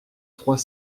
trois